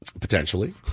Potentially